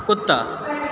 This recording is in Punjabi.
ਕੁੱਤਾ